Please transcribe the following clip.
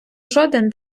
жоден